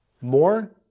more